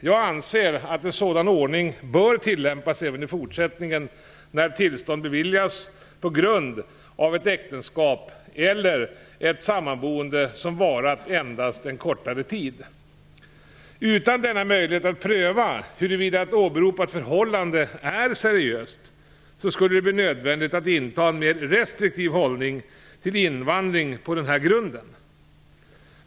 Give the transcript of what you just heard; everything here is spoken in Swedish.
Jag anser att en sådan ordning bör tillämpas även i fortsättningen när tillstånd beviljas på grund av ett äktenskap eller ett sammanboende som varat endast en kortare tid. Utan denna möjlighet att pröva huruvida ett åberopat förhållande är seriöst, skulle det bli nödvändigt att inta en mer restriktiv hållning till invandring på denna grund.